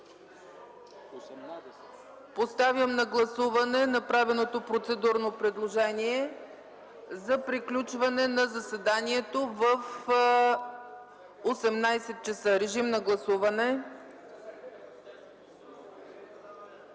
Поставям на гласуване направеното процедурно предложение за приключване на заседанието в 18,00 часа. Гласували